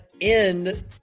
end